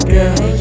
Girl